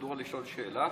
אפשר בפרוצדורה לשאול שאלה?